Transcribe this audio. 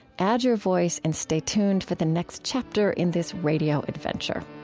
add your voice. and stay tuned for the next chapter in this radio adventure